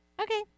Okay